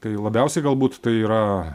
tai labiausiai galbūt tai yra